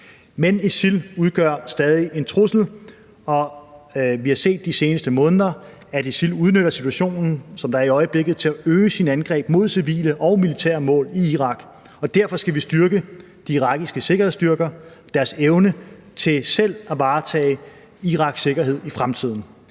Men ISIL udgør stadig en trussel, og vi har de seneste måneder set, at ISIL udnytter situationen, der er i øjeblikket, til at øge sine angreb mod civile og militære mål i Irak, og derfor skal vi styrke de irakiske sikkerhedsstyrker og deres evne til selv at varetage Iraks sikkerhed i fremtiden.